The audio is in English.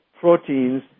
proteins